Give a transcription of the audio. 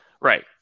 right